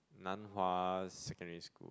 Nan-Hua-Secondary-School